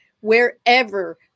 wherever